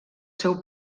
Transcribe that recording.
seu